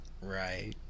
Right